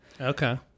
okay